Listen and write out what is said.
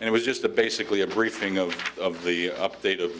and it was just a basically a briefing of the update of